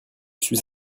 suis